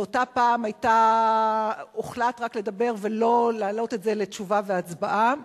באותה פעם הוחלט רק לדבר ולא להעלות את זה לתשובה להצבעה,